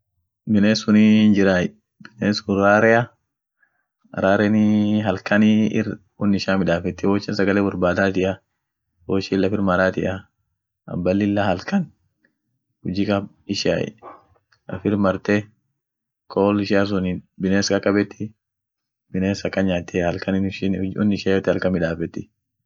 Binessunii hinjiray, biness kun raarea, raarenii halkanii ir won ishia midafetiey, woishin sagale borbadaatia, woishin laffir maratia, aban lillah halkan ujji kab ishiay lafir marte kool ishia sunin biness kakabetti biness akan nyaatiey halkanin ishin ujji won ishia yoote halkan midafeeti.